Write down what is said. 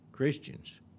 Christians